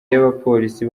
y’abapolisi